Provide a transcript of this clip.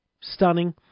stunning